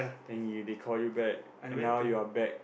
then he they call you back and now you are back